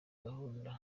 gahunda